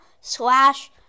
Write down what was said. slash